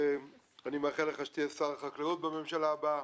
ואני מאחל לך להיות שר החקלאות בממשלה הבאה.